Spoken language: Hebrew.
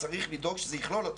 אז צריך לדאוג שזה יכלול אותם.